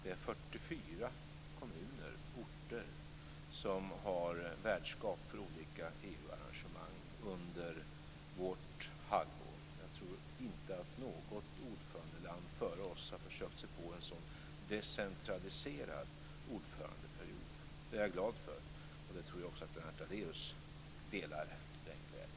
Det är 44 kommuner och orter som har värdskap för olika EU-arrangemang under vårt halvår. Jag tror inte att något ordförandeland före oss har försökt sig på en sådan decentraliserad ordförandeperiod. Jag är glad för att vi gör det, och jag tror också att Lennart Daléus delar den glädjen.